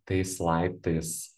tais laiptais